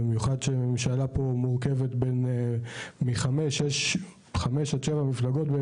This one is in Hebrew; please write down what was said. בייחוד כשכל ממשלה מורכבת מחמש עד שבע מפלגות בכל פעם,